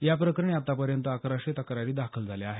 या प्रकरणी आत्तापर्यंत अकराशे तक्रारी दाखल झाल्या आहेत